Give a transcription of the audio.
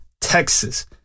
Texas